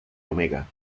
omega